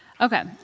Okay